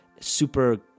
super